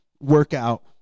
workout